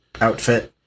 outfit